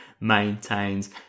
maintains